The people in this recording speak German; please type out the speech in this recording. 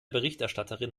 berichterstatterin